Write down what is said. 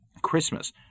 christmas